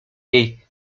jej